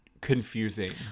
confusing